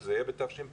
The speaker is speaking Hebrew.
שזה יהיה בתשפ"א?